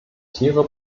tiere